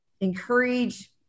encourage